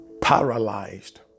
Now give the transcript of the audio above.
paralyzed